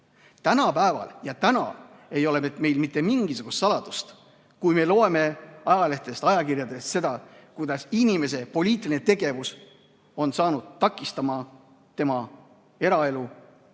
Tänapäeval ja täna ei ole meil mitte mingisugust saladust, kui me loeme ajalehtedest-ajakirjadest seda, kuidas inimese poliitiline tegevus on hakanud takistama tema eraelu,